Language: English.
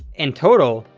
in total,